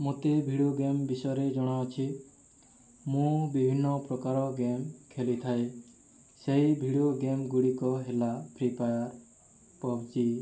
ମୋତେ video game ବିଷୟରେ ଜଣା ଅଛି ମୁଁ ବିଭିନ୍ନ ପ୍ରକାର ଗେମ୍ ଖେଳିଥାଏ ସେହି ଭିଡ଼ିଓ ଗେମ୍ ଗୁଡ଼ିକ ହେଲା ଫ୍ରିଫାୟାର ପବ୍ଜି